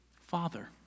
Father